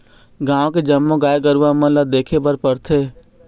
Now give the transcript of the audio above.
गाँव के जम्मो गाय गरूवा मन ल देखे बर परथे